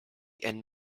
and